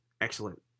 excellent